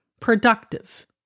productive